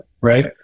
right